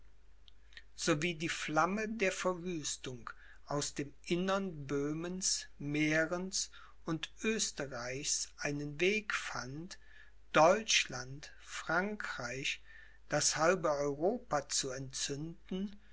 die flamme der verwüstung aus dem innern böhmens mährens und oesterreichs einen weg fand deutschland frankreich das halbe europa zu entzünden